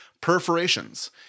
perforations